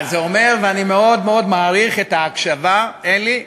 זה אומר, ואני מאוד מאוד מעריך את ההקשבה, אלי.